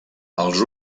els